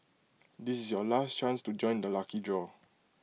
this is your last chance to join the lucky draw